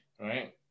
right